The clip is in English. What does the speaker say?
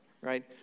Right